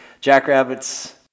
Jackrabbits